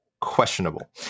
questionable